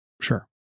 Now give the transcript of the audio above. Sure